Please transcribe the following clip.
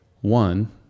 one